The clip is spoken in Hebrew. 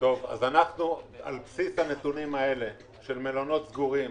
על בסיס הנתונים האלה של מלונות סגורים,